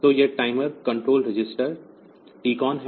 तो यह timer control register TCON है